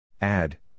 Add